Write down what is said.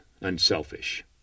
unselfish